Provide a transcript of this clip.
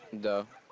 the